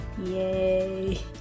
Yay